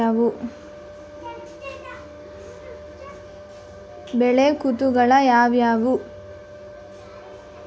ಬೆಳೆ ಋತುಗಳು ಯಾವ್ಯಾವು?